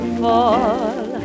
fall